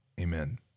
amen